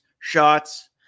shots